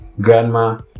grandma